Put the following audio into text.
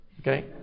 okay